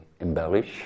embellish